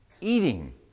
Eating